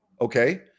Okay